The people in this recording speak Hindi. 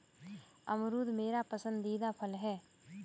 अमरूद मेरा पसंदीदा फल है